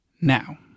Now